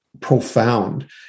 Profound